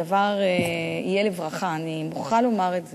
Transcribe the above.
הדבר יהיה לברכה, אני מוכרחה לומר את זה.